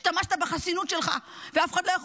השתמשת בחסינות שלך ,ואף אחד לא יכול